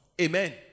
Amen